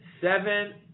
seven